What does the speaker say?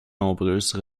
nombreuses